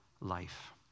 life